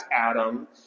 Adam